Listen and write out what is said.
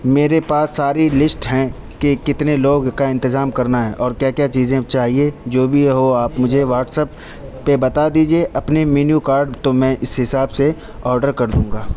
میرے پاس ساری لسٹ ہیں کہ کتنے لوگ کا انتظام کرنا ہے اور کیا کیا چیزیں چاہیے جو بھی ہو آپ مجھے واٹسپ پہ بتا دیجیے اپنی مینو کارڈ تو میں اسی حساب سے آرڈ کردوں گا